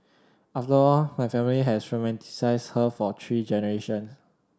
after all my family has romanticised her for three generations